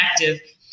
effective